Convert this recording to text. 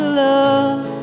love